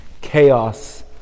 chaos